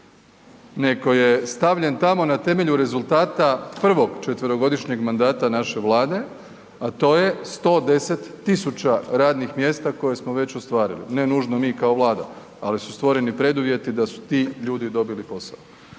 nego je stavljen tamo na temelju rezultata 1. četverogodišnjeg mandata naše Vlade, a to je 110 tisuća radnih mjesta koje smo već ostvarili. Ne nužno mi kao Vlada, ali su stvoreni preduvjeti da su ti ljudi dobili posao.